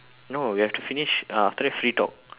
no we have to finish uh after that free talk